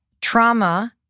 trauma